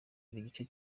igice